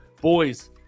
boys